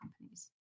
companies